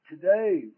today